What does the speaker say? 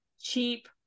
cheap